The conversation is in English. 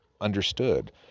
understood